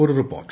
രു റിപ്പോർട്ട്